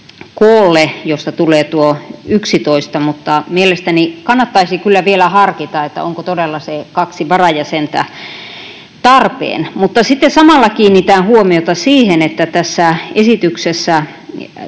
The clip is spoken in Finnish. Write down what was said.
koolle, mistä tulee tuo 11, mutta mielestäni kannattaisi kyllä vielä harkita, onko todella se kaksi varajäsentä tarpeen. Sitten samalla kiinnitän huomiota siihen, että tässä esityksessä